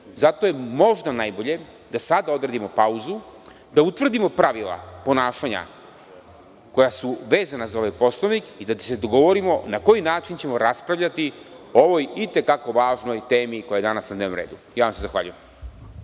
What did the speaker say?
Zato je možda najbolje da sada odredimo pauzu, da utvrdimo pravila ponašanja koja su vezana za ovaj Poslovnik i da se dogovorimo na koji način ćemo raspravljati o ovoj i te kako važnoj temi koja je danas na dnevnom redu. Zahvaljujem